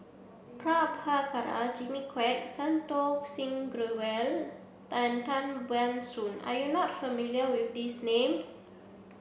Prabhakara Jimmy Quek Santokh Singh Grewal and Tan Ban Soon are you not familiar with these names